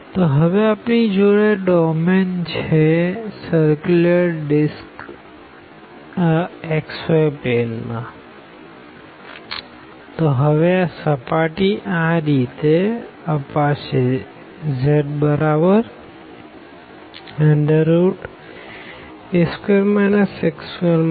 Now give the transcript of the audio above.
તો હવે આપણી જોડે ડોમેન છે સર્ક્યુલર ડિસ્ક xy પ્લેન માં તો હવે સર્ફેસ આ રીતે za2 x2 y2 અપાશે